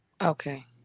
Okay